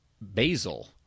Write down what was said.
basil